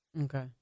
Okay